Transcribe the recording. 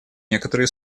некоторые